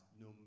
no